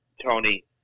Tony